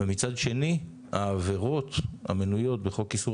ומצד שני העבירות המנויות בחוק איסור